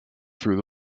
through